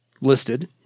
listed